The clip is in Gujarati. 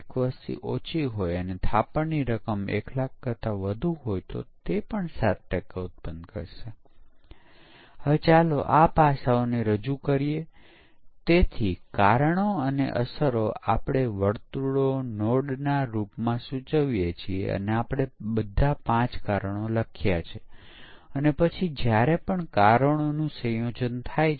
સ્ટ્રક્ચરલ ફોલ્ટ્સમાં ટ્રેસિબિલિટી ફોલ્ટ હોઇ શકે છે જ્યારે પ્રોગ્રામર ડિઝાઇનને કોડિંગ કરતી વખતે ડિઝાઇનની ગેરસમજ ને લીધે તેણે કદાચ ડિઝાઇનનો થોડો ભાગ છોડી દીધો હતો અથવા તે ડિઝાઇનને બરોબાર સમજ્યો ના હોય